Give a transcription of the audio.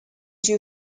you